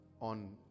on